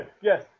Yes